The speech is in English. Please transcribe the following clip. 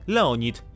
Leonid